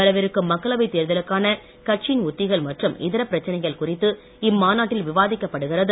வரவிருக்கும் மக்களவை தேர்தலுக்கான கட்சியின் உத்திகள் மற்றும் இதர பிரச்சனைகள் குறித்து இம்மாநாட்டில் விவாதிக்கப்படுகிறது